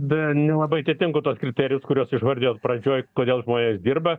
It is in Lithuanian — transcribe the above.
deja nelabai atitinku tuos kriterijus kuriuos išvardijot pradžioj kodėl žmonės dirba